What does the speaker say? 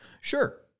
Sure